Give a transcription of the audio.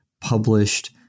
published